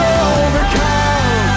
overcome